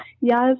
Yes